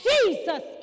Jesus